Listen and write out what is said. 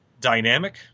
dynamic